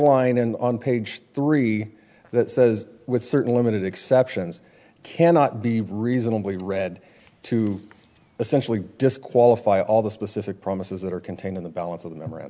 and on page three that says with certain limited exceptions cannot be reasonably read to essentially disqualify all the specific promises that are contained in the balance of the